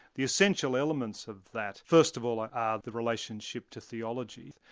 the essential elements of that, first of all are ah the relationship to theology.